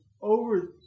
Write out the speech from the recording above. over